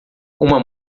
uma